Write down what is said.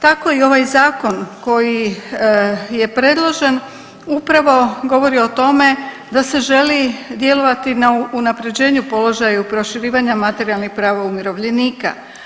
Tako i ovaj Zakon koji je predložen, upravo govori o tome da se želi djelovati na unaprjeđenju položaja i proširivanja materijalnih prava umirovljenika.